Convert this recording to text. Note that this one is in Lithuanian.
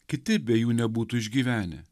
kiti be jų nebūtų išgyvenę